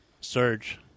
Surge